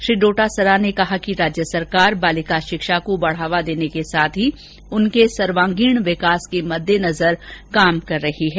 श्री डोटासरा ने कहा कि राज्य सरकार बालिका शिक्षा को बढ़ावा देने के साथ ही उनके सर्वांगीण विकास के मददेनजर कार्य कर रही है